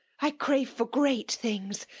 i crave for great things,